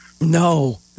No